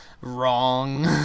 Wrong